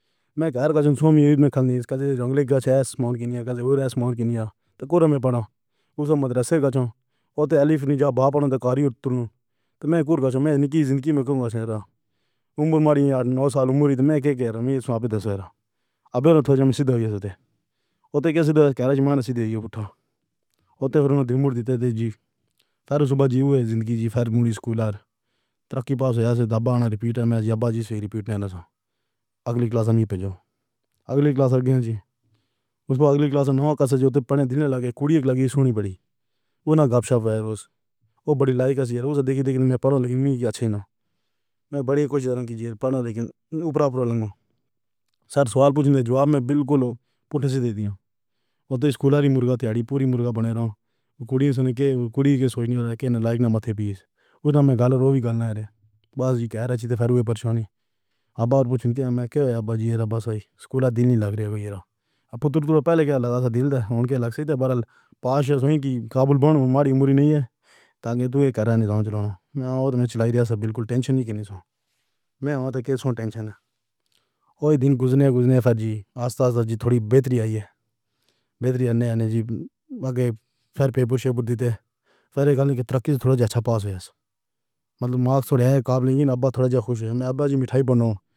میں گھر دا سمُوعہ کھولݨ دا جنگل ایسے سمان کائے نی۔ ایسے معاملے کوں گَوَر وچ پیا۔ اوس ویلے رسی دا سواد الف نے چابکاری فوراً تاں نہ کیتا۔ میں آکھیا میں نے دی زندگی وچ عمر ماری۔ اٹھ نو سال ہو گئے ہن۔ ہݨ اساں سِدھے اُتر گئے۔ مَاݨو سِدھے ہو ڳئے۔ اُتھے دل دیندے دے جی فرسٹ بازی ہوئی زندگی فیر سکول تے ترقی پاس تے ہو ڳئے۔ دباؤ نہ ریپیٹ نے میں جدوں جی توں ریپیٹ اڳلی کلاس وچ بھیڄو۔ اڳلی کلاس دے اوس اڳلی کلاس نوکر توں پہلے دِن لڳے کُڑی لڳی سونی وڳی۔ اوہناں گپ شپ ہے اوس۔ او وڳی لائیک ہے اون٘ہاں ݙٹھا تاں میں پڑھ لی۔ چنگئی نئیں میں وڳا کجھ پڑھدا ہاں پر سر سوال پُچھے، جواب وچ بالکل پُچھدے ہن۔ اُتھے سکول آری مُرغا چھوڑی پوری مُرغا بنے رہو۔ کُڑی سُن کے کُڑی دے سوچݨ لڳے کہ نالائک نئیں مت تھی اوس وَقت میں گَلّے روہی گال نہ رہے۔ بَس جی آکھدے پئے ہن فیر ہوئی پریشانی۔ ہݨ پُچھیا میں کیا بازی ریہا بَس آیا سکول دل نئیں لڳدا پئے۔ تیرے کوں پتہ لڳا ہا دل تاں لڳ ویندا ہے۔ برل پاس ہو کی کابل بن ماڑی ہُوری کائے نی تاں ڈوئے کرے نئیں تاں چلو۔ میں اون٘ہاں چَلاویاں سا بالکل ٹینشن ہی کیہڑا میں آندا کیہڑا ٹینشن ہے۔ او دِن ڳُزرے ڳُزرے فَرزی آسْتَج تھوڑی بہتری آئی ہے۔ بہتری جی اڳوں فر پیپر توں پہلے تاں تھوڑا چنگا پاس ہو مطلب مارکس کابل دیے۔ ابّا تھوڑا خوش ہن۔ ابّا جی مِٹھائی بݨاؤ۔